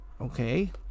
okay